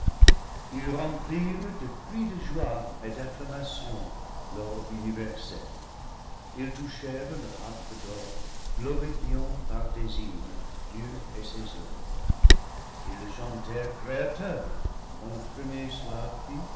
ils remplirent de cris de joie et d'acclamations l'orbe universel ils tou chèrent leurs harpes d'or glorifiant par des hymnes dieu et ses oeuvres ils le chantèrent créateur quand le premier soir